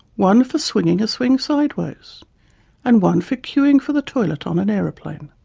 one for swinging a swing sideways and one for queuing for the toilet on an aeroplane.